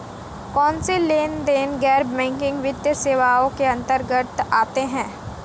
कौनसे लेनदेन गैर बैंकिंग वित्तीय सेवाओं के अंतर्गत आते हैं?